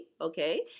okay